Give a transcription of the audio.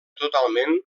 totalment